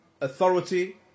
authority